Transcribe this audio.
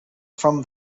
from